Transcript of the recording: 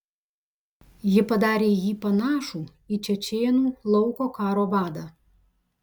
ji padarė jį panašų į čečėnų lauko karo vadą